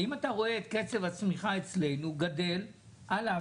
האם אתה רואה את קצב הצמיחה אצלנו גדל על אף